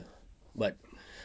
but